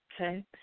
okay